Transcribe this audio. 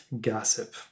gossip